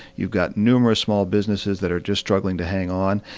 you've got numerous small businesses that are just struggling to hang on.